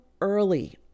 early